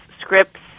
Scripts